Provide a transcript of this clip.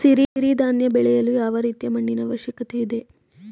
ಸಿರಿ ಧಾನ್ಯ ಬೆಳೆಯಲು ಯಾವ ರೀತಿಯ ಮಣ್ಣಿನ ಅವಶ್ಯಕತೆ ಇದೆ?